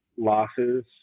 Losses